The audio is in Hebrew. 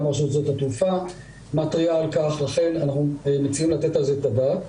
גם רשות שדות התעופה מתריעה על כך ולכן אנחנו מציעים לתת על זה את הדעת.